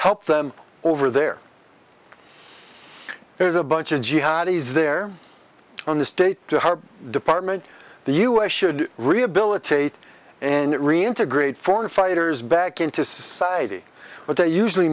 help them over there there's a bunch of jihad is there on the state department the u s should rehabilitate and reintegrate foreign fighters back into society but that usually